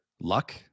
luck